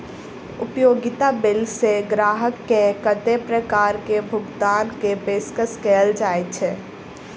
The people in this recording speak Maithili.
उपयोगिता बिल सऽ ग्राहक केँ कत्ते प्रकार केँ भुगतान कऽ पेशकश कैल जाय छै?